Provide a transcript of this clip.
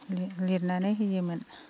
लिरनानै होयोमोन